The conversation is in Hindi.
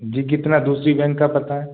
जी कितना दूसरी बैंक का पता है